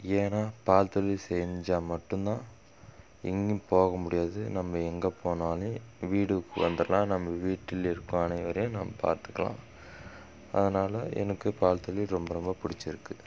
ஏன்னால் பால் தொழில் செஞ்சால் மட்டுந்தான் எங்கேயும் போக முடியாது நம்ம எங்கே போனாலும் வீடு வந்துரலாம் நம்ம வீட்டில் இருக்கும் அனைவரையும் நம்ம பார்த்துக்குலாம் அதனால் எனக்கு பால் தொழில் ரொம்ப ரொம்ப பிடிச்சிருக்கு